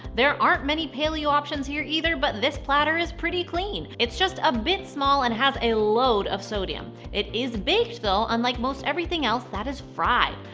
there aren't many paleo options here either, but this platter is pretty clean. it's just a bit small and has a load of sodium. it is baked though, unlike most everything else that is fried.